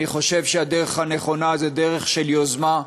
אני חושב שהדרך הנכונה היא דרך של יוזמה,